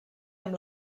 amb